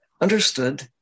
understood